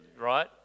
right